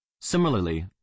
Similarly